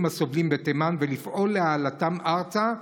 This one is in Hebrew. הסובלים בתימן ולפעול להעלאתם ארצה,